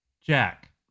Jack